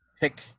pick